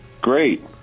Great